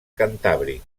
cantàbric